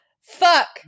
Fuck